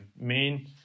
main